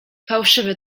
fałszywy